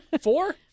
Four